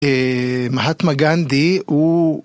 מהטמה גנדי